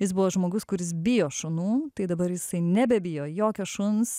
jis buvo žmogus kuris bijo šunų tai dabar jisai nebebijo jokio šuns